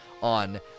on